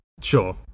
Sure